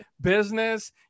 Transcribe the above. business